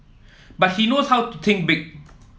but he knows how to think big